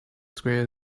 greater